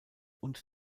und